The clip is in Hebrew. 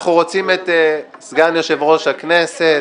אנחנו רוצים את סגן יושב-ראש הכנסת,